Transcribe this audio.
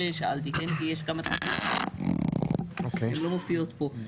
הן לא מופיעות פה,